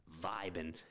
vibing